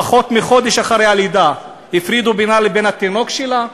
פחות מחודש אחרי הלידה הפרידו בינה לבין התינוק שלה.